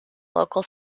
local